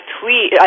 tweet